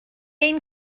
ein